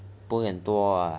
不会很多 ah